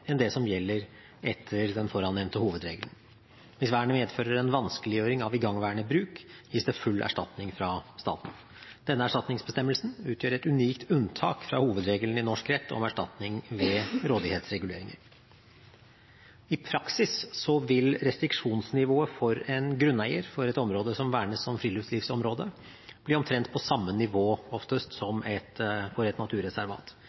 enn det som gjelder etter den forannevnte hovedregelen. Hvis vernet medfører en vanskeliggjøring av igangværende bruk, gis det full erstatning fra staten. Denne erstatningsbestemmelsen utgjør et unikt unntak fra hovedregelen i norsk rett om erstatning ved rådighetsreguleringer. I praksis vil restriksjonsnivået for en grunneier for et område som vernes som friluftslivsområde, oftest bli på omtrent samme nivå som for et naturreservat.